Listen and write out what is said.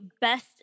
best